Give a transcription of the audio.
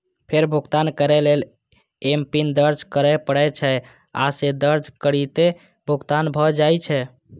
फेर भुगतान करै लेल एमपिन दर्ज करय पड़ै छै, आ से दर्ज करिते भुगतान भए जाइ छै